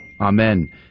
Amen